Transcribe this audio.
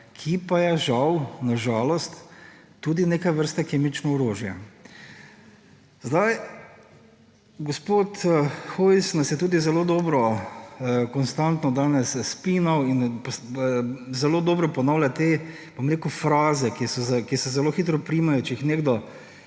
ki pa je, žal, na žalost tudi neke vrste kemično orožje. Gospod Hojs nas je tudi zelo dobro konstantno danes spinal in zelo dobro ponavlja te fraze, ki se zelo hitro primejo, če jih nekdo